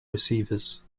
receivers